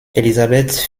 elizabeth